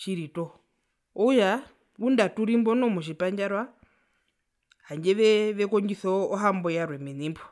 okutja ngunda turimbo noho motjipandjarua handje ve vekondjisa ohambo yarwe mene mbo.